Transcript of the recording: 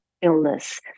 illness